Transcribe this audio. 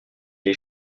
les